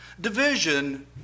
division